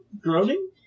groaning